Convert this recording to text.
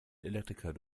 elektriker